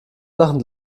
sachen